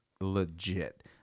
legit